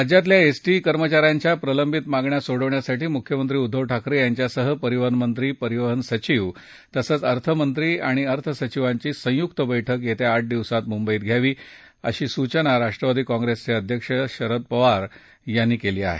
राज्यातल्या एसटी कर्मचाऱ्यांच्या प्रलंबित मागण्या सोडवण्यासाठी मुख्यमंत्री उद्दव ठाकरे यांच्यासह परिवहन मंत्री परिवहन सचिव तसंच अर्थमंत्री आणि अर्थ सचिवांची संयुक्त बैठक येत्या आठ दिवसात मुंबईत घ्यावी अशी सूचना राष्ट्रवादी काँग्रेसचे अध्यक्ष खासदार शरद पवार यांनी केली आहे